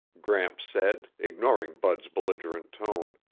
gramps said, ignoring bud's belligerent tone,